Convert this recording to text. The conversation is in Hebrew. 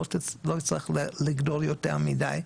לא צריך לגדול יותר מידי,